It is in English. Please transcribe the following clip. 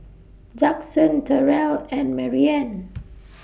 Judson Terrell and Marianne